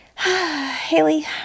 Haley